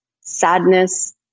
sadness